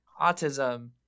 autism